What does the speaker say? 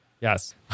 yes